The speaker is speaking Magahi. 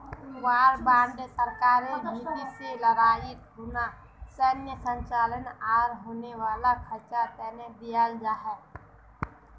वॉर बांड सरकारेर भीति से लडाईर खुना सैनेय संचालन आर होने वाला खर्चा तने दियाल जा छे